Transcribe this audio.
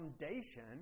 foundation